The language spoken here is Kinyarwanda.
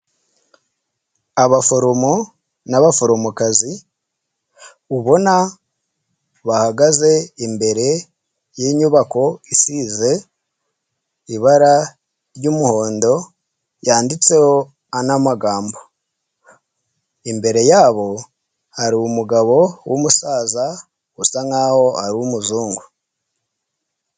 Abaforomo n'abaforomokazi, ubona bahagaze imbere y'inyubako isize ibara ry'umuhondo, yanditseho an'amagambo imbere yabo hari umugabo w'umusaza usa nk'aho ari umuzungu.